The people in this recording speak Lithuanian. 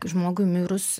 žmogui mirus